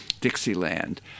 Dixieland